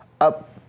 up